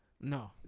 No